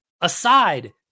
aside